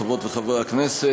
חברות וחברי הכנסת,